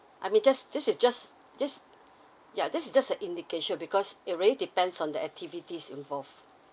I mean just this is just just yeah this is just an indication because it really depends on the activities involved